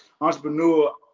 entrepreneur